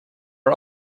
are